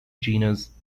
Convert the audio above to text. genus